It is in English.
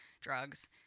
drugs